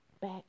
back